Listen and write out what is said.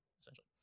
essentially